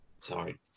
Sorry